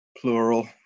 Plural